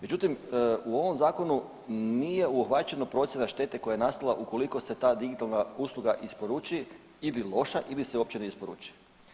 Međutim, u ovom zakonu nije obuhvaćeno procjena štete koja je nastala ukoliko se ta digitalna usluga isporuči ili loša ili se uopće ne isporuči.